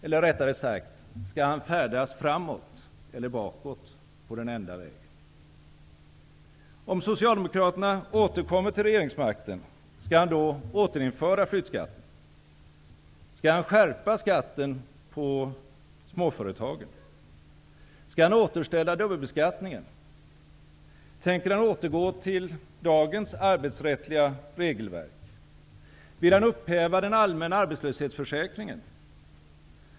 Eller rättare sagt: Skall han färdas framåt eller bakåt på den enda vägen? Om Socialdemokraterna återkommer till regeringsmakten, skall han då återinföra flyttskatten? Skall han skärpa skatten för småföretagen? Skall han återställa dubbelbeskattningen? Tänker han återgå till dagens arbetsrättsliga regelverk? Vill han upphäva den allmänna arbetslöshetsförsäkringen?